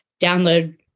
download